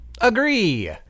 Agree